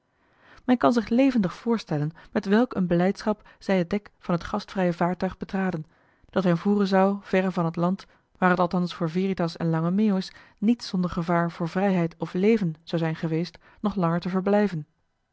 men kan zich levendig voorstellen met welk een blijdschap zij het dek van het gastvrije vaartuig betraden dat hen voeren zou verre van het land waar het althans voor veritas en lange meeuwis niet zonder gevaar voor vrijheid of leven zou zijn geweest nog langer te verblijven